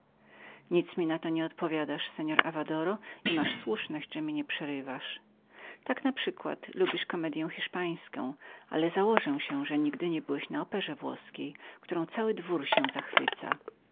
nic mi na to nie odpowiadasz seor avadoro masz słuszność że nie przerywasz tak naprzykład lubisz komedyę hiszpańską ale ja założę się że nigdy nie byłeś na operze włoskiej nad którą cały dwór się zachwyca